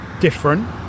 different